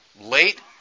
late